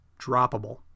droppable